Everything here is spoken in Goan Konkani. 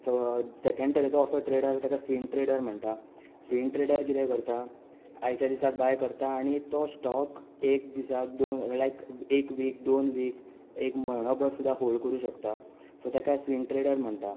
सेंकेंड तरेचो असो ट्रेडर आसता तेका स्विंग ट्रेडर म्हणटा स्विंग ट्रेडर किदें करता आयच्या दिसा बाय करता आनी तो स्टोक एक दिसाक लायक एक वीक दोन वीक एक म्हयनोभर सुद्दां होल्ड करूं शकता सो तेका स्विंग ट्रेडर म्हणटा